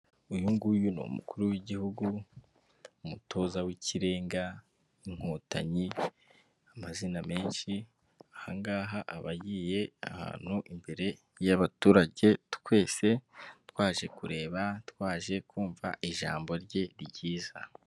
Uyu nguyu ni umukuru w'igihugu, umutoza w'ikirenga, inkotanyi, amazina menshi, aha ngaha aba agiye ahantu imbere y'abaturage twese twaje kureba, twaje kumva ijambo rye ryiza.